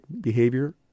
behavior